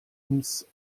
ums